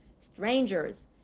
strangers